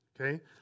okay